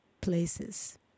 places